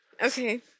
Okay